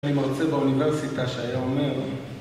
היה מרצה באוניברסיטה שהיה אומר